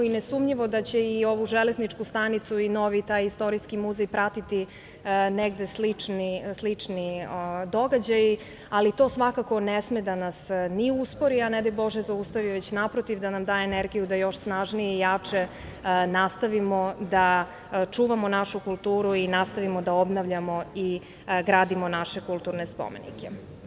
Ne sumnjivo da će i ovu železničku stanicu i novi taj istorijski muzej pratiti negde slični događaji, ali to svakako ne sme da nas ni uspori, a ne daj Bože zaustavi, već naprotiv da nam daje energiju da još snažnije i jače nastavimo da čuvamo našu kulturu i nastavimo da obnavljamo i gradimo naše kulturne spomenike.